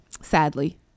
sadly